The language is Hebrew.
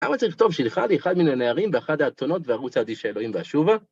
למה צריך לכתוב שילחה לי אחד מן הנערים ואחת האתונות וארוצה עד איש האלוהים ואשובה.